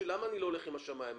למה אני לא הולך עם השמאי הממשלתי?